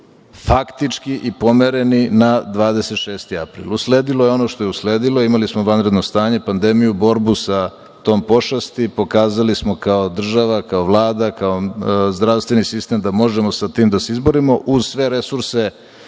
faktički i pomereni na 26. april. Usledilo je ono što je usledilo. Imali smo vanredno stanje, pandemiju, borbu sa tom pošasti. Pokazali smo kao država, kao Vlada, kao zdravstveni sistem da možemo sa tim da se izborimo uz sve resurse